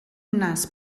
nas